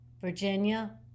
Virginia